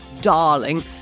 darling